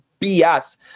BS